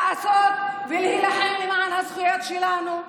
ולעשות ולהילחם למען הזכויות שלנו,